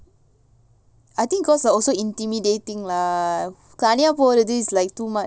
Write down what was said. I think cause also intimidating lah காலியாபோறது:kaliya porathu is like too much